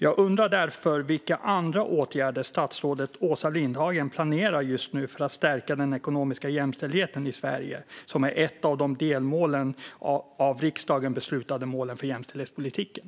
Jag undrar därför vilka andra åtgärder statsrådet Åsa Lindhagen planerar just nu för att stärka den ekonomiska jämställdheten i Sverige, som är ett av delmålen i de av riksdagen beslutade målen för jämställdhetspolitiken.